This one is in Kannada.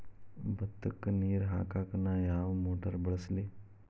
ಭತ್ತಕ್ಕ ನೇರ ಹಾಕಾಕ್ ನಾ ಯಾವ್ ಮೋಟರ್ ಬಳಸ್ಲಿ?